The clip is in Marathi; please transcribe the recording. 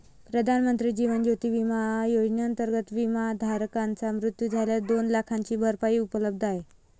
प्रधानमंत्री जीवन ज्योती विमा योजनेअंतर्गत, विमाधारकाचा मृत्यू झाल्यास दोन लाखांची भरपाई उपलब्ध आहे